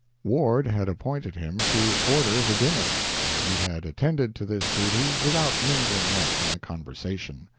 ward had appointed him to order the dinner, and he had attended to this duty without mingling much in the conversation.